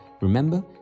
remember